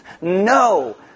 No